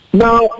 now